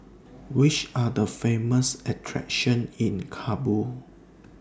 Which Are The Famous attractions in Kabul